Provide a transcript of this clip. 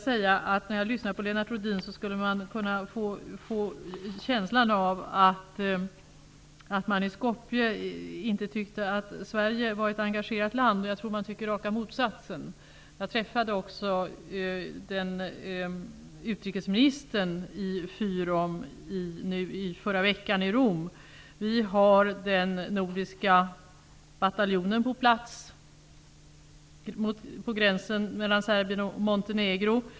När jag lyssnar på Lennart Rohdin kan jag få en känsla av att man i Skopje inte tyckte att Sverige är ett engagerat land. Jag tror att man tycker raka motsatsen. Jag träffade också utrikesministern från Vi har den nordiska bataljonen på plats på gränsen mellan Serbien och Montenegro.